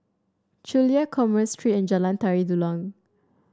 Chulia Commerce Street and Jalan Tari Dulang